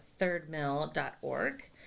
thirdmill.org